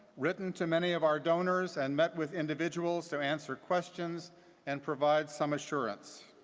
written to many of our donors and met with individuals to answer questions and provide some assurance.